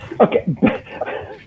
okay